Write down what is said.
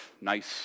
nice